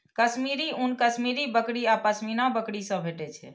कश्मीरी ऊन कश्मीरी बकरी आ पश्मीना बकरी सं भेटै छै